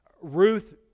Ruth